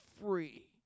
free